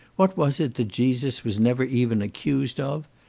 what was it that jesus was never even accused of?